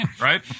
Right